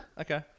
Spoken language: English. Okay